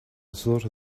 slaughter